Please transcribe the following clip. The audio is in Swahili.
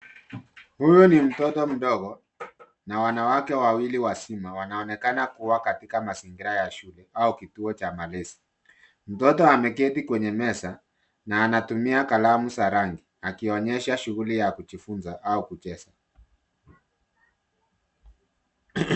Huyu ni mtoto mdogo na wanwake wawili wazima, wanaonekana kua katika mazingira ya shule au kituo cha malezi. Mtoto ameketi kwenye meza na anatumia kalamu za rangi , akionyesha shughuli ya kujifunza au kucheza.